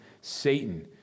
Satan